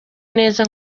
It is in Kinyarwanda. neza